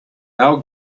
our